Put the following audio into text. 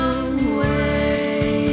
away